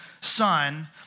son